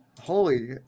holy